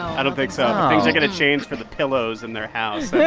i don't think so. things are going to change for the pillows in their house yeah